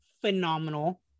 phenomenal